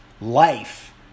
life